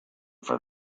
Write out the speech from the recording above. for